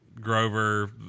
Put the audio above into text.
Grover